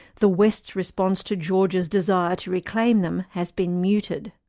the west's response to georgia's desire to reclaim them has been muted.